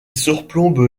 surplombe